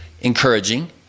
encouraging